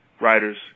writers